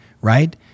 right